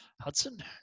Hudson